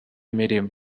imirimo